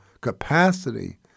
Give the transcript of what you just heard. capacity